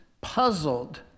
puzzled